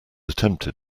attempted